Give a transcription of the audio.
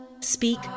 Speak